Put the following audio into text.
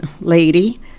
lady